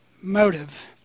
motive